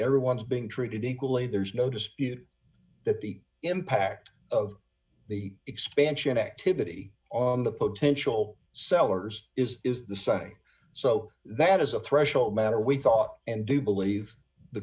everyone is being treated equally there's no dispute that the impact of the expansion activity on the potential sellers is is the same so that is a threshold matter we thought and do believe the